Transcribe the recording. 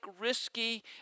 risky